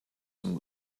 some